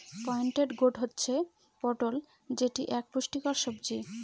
pointed gourd হচ্ছে পটল যেটি এক পুষ্টিকর সবজি